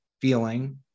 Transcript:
feeling